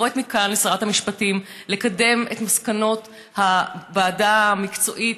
וקוראת מכאן לשרת המשפטים לקדם את מסקנות הוועדה המקצועית